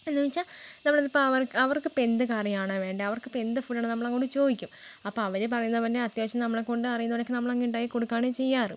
എന്നു വെച്ചാൽ നമ്മളിതിപ്പോൾ അവർ അവർക്കിപ്പോൾ എന്ത് കറിയാണോ വേണ്ടത് അവർക്കിപ്പോൾ എന്ത് ഫുഡ് ആണോ നമ്മൾ അങ്ങോട്ട് ചോദിക്കും അപ്പോൾ അവർ പറയുന്നതിന് മുന്നേ അത്യാവശ്യം നമ്മളെക്കൊണ്ട് അറിയുന്നത് പോലെ ഒക്കെ നമ്മൾ അങ്ങ് ഉണ്ടാക്കി കൊടുക്കുവാണ് ചെയ്യാറ്